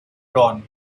dawn